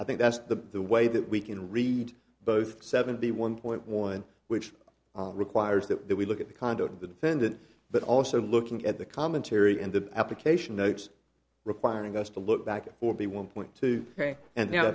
i think that's the way that we can read both seventy one point one which requires that we look at the conduct of the defendant but also looking at the commentary in the application notes requiring us to look back at forty one point two k and now